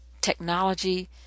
technology